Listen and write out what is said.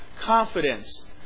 confidence